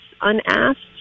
unasked